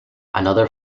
another